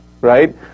right